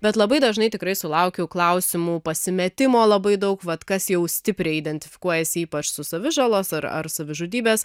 bet labai dažnai tikrai sulaukiu klausimų pasimetimo labai daug vat kas jau stipriai identifikuojasi ypač su savižalos ar ar savižudybės